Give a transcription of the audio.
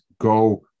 go